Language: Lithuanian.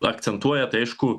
akcentuoja tai aišku